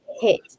hit